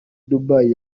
dubai